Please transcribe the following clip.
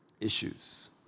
issues